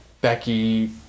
Becky